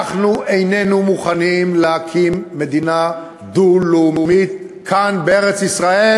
אנחנו איננו מוכנים להקים כאן בארץ-ישראל